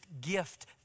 gift